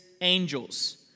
angels